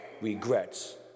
regrets